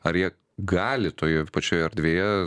ar jie gali toje pačioje erdvėje